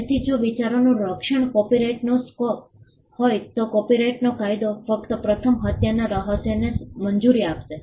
તેથી જો વિચારોનું રક્ષણ કોપિરાઇટનો સ્કોપ હોય તો કોપિરાઇટનો કાયદો ફક્ત પ્રથમ હત્યાના રહસ્યને મંજૂરી આપશે